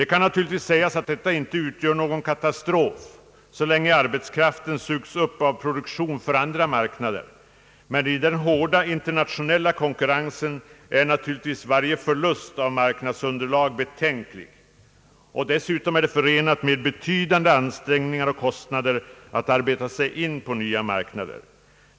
Det kan raturligtvis sägas att detta inte utgör någon katastrof så länge arbetskraften sugs upp av produktion för andra marknader. Men i den hårda internationella konkurrensen är naturligtvis varje förlust av marknadsunderlag betänklig, och dessutom är det förenat med betydande ansträngningar och kostnader att arbeta sig in på nya marknader.